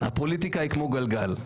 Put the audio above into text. הפוליטיקה היא כמו גלגל,